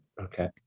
okay